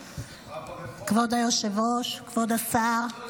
כבוד היושב-ראש, כבוד השר --- לא.